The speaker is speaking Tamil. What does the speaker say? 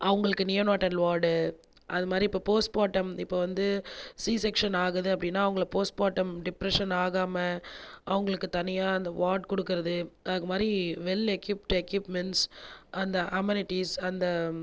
அவங்களுக்கு நியோநெட்டல் வார்டு அந்த மாதிரி இப்போது போஸ்ட்மாடம் இப்போது வந்து சி செக்ஷன் ஆகுது அப்படின்னா அவங்களுக்கு போஸ்ட்மாட்டம் டிப்புறசன் ஆகாமல் அவங்களுக்கு தனியாக அந்த வார்டு கொடுக்குறது அது மாதிரி வேல்எக்யுப்ட் எக்யுப்மென்டஸ் அந்த அமெரிட்டிஷ் அந்த